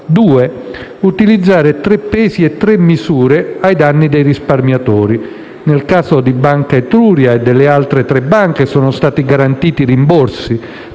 utilizzare tre pesi e tre misure ai danni dei risparmiatori: nel caso di Banca Etruria e delle altre tre banche sono stati garantiti rimborsi